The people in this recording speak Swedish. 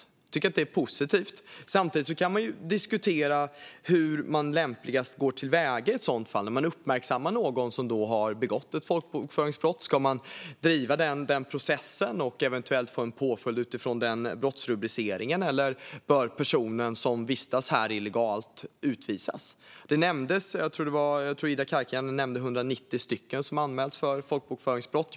Jag tycker att det är positivt. Samtidigt kan man ju diskutera hur man lämpligast går till väga i ett sådant fall. När man uppmärksammar någon som har begått ett folkbokföringsbrott, ska man då driva en process så att det eventuellt blir en påföljd utifrån den brottsrubriceringen, eller bör den person som vistas här illegalt utvisas? Jag tror att Ida Karkiainen nämnde att det var 190 personer som anmälts för folkbokföringsbrott.